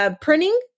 Printing